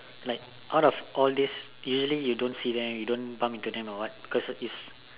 like out of all days usually you don't see them you don't bump into them or what because is